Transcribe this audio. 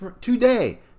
Today